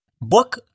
book